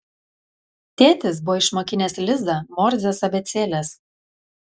tėtis buvo išmokinęs lizą morzės abėcėlės